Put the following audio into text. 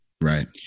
Right